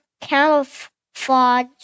camouflage